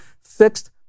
fixed